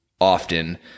often